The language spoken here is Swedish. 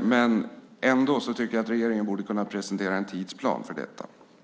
men jag tycker att regeringen ändå borde kunna presentera en tidsplan för detta.